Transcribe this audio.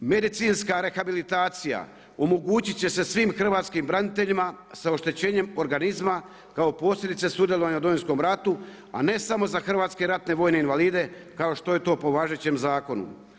Medicinska rehabilitacija omogućit će se svim hrvatskim braniteljima sa oštećenjem organizma kao posljedica sudjelovanja u Domovinskom ratu, a ne samo za hrvatske ratne vojne invalide kao što je to po važećem zakonu.